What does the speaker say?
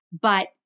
but-